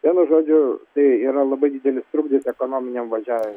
vienu žodžiu tai yra labai didelis trukdis ekonominiam važia